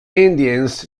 indians